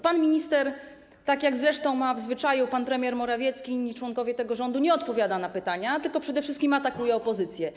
Pan minister, tak jak zresztą ma w zwyczaju pan premier Morawiecki i inni członkowie tego rządu, nie odpowiada na pytania, tylko przede wszystkim atakuje opozycję.